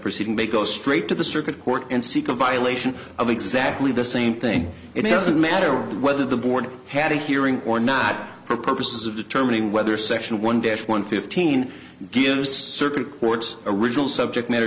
proceeding they go straight to the circuit court and seek a violation of exactly the same thing it doesn't matter whether the board had a hearing or not for purposes of determining whether section one dash one fifteen gives circuit court's original subject matter